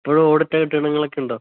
ഇപ്പോള് ഓടിട്ട കെട്ടിടങ്ങളൊക്കെ ഉണ്ടോ